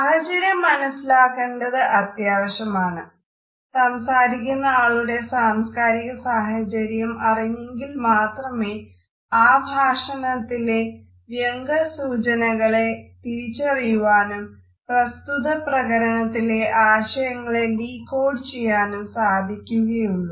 സാഹചര്യം മനസ്സിലാക്കേണ്ടത് അത്യാവശ്യമാണ് സംസാരിക്കുന്ന ആളുടെ സാംസ്കാരിക സാഹചര്യം അറിഞ്ഞെങ്കിൽ മാത്രമേ ആ ഭാഷണത്തിലെ വ്യംഗ്യ സൂചനകളെ തിരിച്ചറിയുവാനും പ്രസ്തുത പ്രകരണത്തിലെ ആശയങ്ങളെ ഡീകോഡ് ചെയ്യാനും സാധിക്കുകയുള്ളൂ